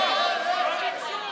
לא לא לא לא.